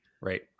right